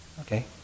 Okay